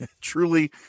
Truly